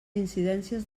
incidències